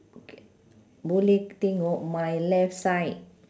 boleh tengok my left side